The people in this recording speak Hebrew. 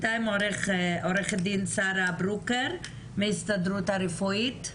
עו"ד שרה ברוקר מההסתדרות הרפואית.